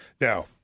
Now